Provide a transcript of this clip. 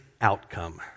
outcome